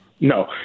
No